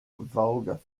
vulgar